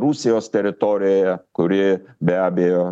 rusijos teritorijoje kuri be abejo